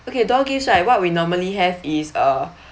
okay door gifts right what we normally have is uh